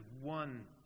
one